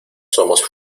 somos